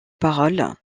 parole